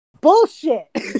Bullshit